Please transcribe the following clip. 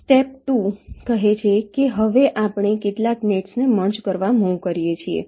step 2 કહે છે કે હવે આપણે કેટલાક નેટ્સને મર્જ કરવા મુવ કરીએ છીએ